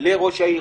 לראש העיר.